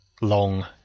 long